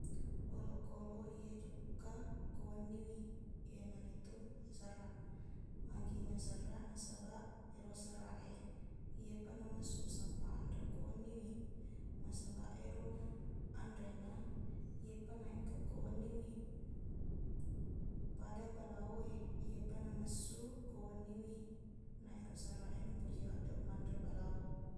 Olokkolok iye jokka ko wenniwi iyanaritu serraq magina serraq nasabaq ero serraq e iyepa namessuq sappa anre ko wenniwi nasabaq ero anrena iyepa naengka ko wenniwi pada balaowe iyepa namessuq ko wenniwi na ero serraq e napoji laddeq manre balawo